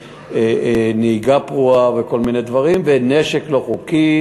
נהיגה פרועה וכל מיני דברים ונשק לא חוקי,